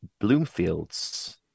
Bloomfields